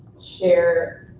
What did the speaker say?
share,